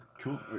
cool